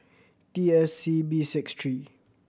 T S C B six three